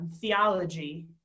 theology